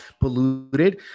polluted